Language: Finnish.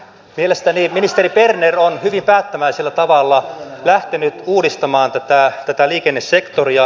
mielestäni ministeri berner on hyvin päättäväisellä tavalla lähtenyt uudistamaan tätä liikennesektoria